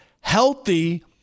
healthy